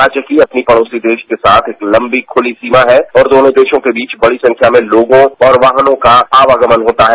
राज्य की अपने पड़ोसी देश के साथ एक लंबी खुली सीमा है और दोनों देशों के बीच बड़ी संख्या में लोगों और वाहनों का आवागमन होता है